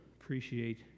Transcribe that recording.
appreciate